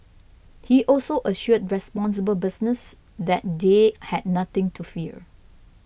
he also assured responsible business that they had nothing to fear